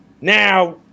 now